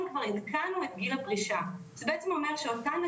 ובעקבות החלטת הממשלה הזאת אנחנו נעשה גם פעולות יזומות,